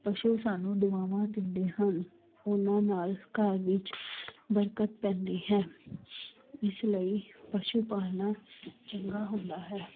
ਪਸ਼ੂ ਸਾਨੂੰ ਦੁਆਵਾਂ ਦਿੰਦੇ ਹਨ ਉਹਨਾਂ ਨਾਲ ਘਰ ਵਿੱਚ ਬਰਕਤ ਪੈਂਦੀ ਹੈ ਇਸ ਲਈ ਪਸ਼ੂ ਪਾਲਣਾ ਚੰਗਾ ਹੁੰਦਾ ਹੈ